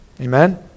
Amen